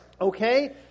Okay